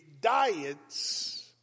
diets